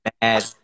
bad